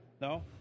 No